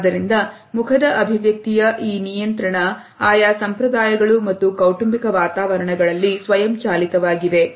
ಆದ್ದರಿಂದ ಮುಖದ ಅಭಿವ್ಯಕ್ತಿಯ ಈ ನಿಯಂತ್ರಣ ಆಯ ಸಂಪ್ರದಾಯಗಳು ಮತ್ತು ಕೌಟುಂಬಿಕ ವಾತಾವರಣಗಳಲ್ಲಿ ಸ್ವಯಂ ಚಾಲಿತವಾಗಿವೆ